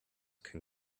can